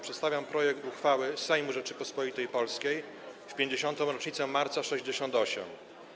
Przedstawiam projekt uchwały Sejmu Rzeczypospolitej Polskiej w 50. rocznicę Marca ’68.